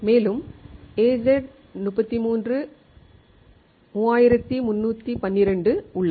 மேலும் AZ 3312 உள்ளது